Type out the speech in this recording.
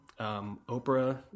Oprah